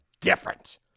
different